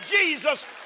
Jesus